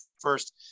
first